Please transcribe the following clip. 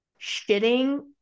shitting